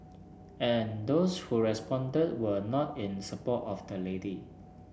and those who responded were not in support of the lady